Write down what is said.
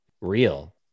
real